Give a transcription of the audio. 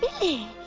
Billy